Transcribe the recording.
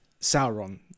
Sauron